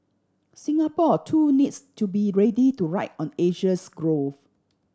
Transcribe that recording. Singapore too needs to be ready to ride on Asia's growth